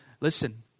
listen